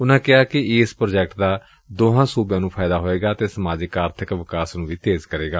ਉਨਾਂ ਕਿਹਾ ਕਿ ਏਸ ਪ੍ਾਜੈਕਟ ਦਾ ਦੋਹਾ ਸੂਬਿਆਂ ਨੂੰ ਫਾਇਦਾ ਹੋਵੇਗਾ ਅਤੇ ਸਮਾਜਿਕ ਆਰਬਿਕ ਵਿਕਾਸ ਨੂੰ ਤੇਜ਼ ਕਰੇਗਾ